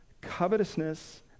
covetousness